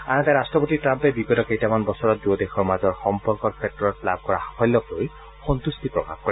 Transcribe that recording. আনহাতে ৰাষ্ট্ৰপতি ট্ৰাম্পে বিগত কেইটামান বছৰতত দুয়ো দেশৰ মাজৰ সম্পৰ্কৰ ক্ষেত্ৰত লাভ কৰা সাফল্যক লৈ সম্তুষ্টি প্ৰকাশ কৰে